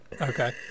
Okay